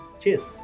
cheers